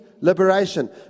liberation